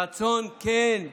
רצון כן,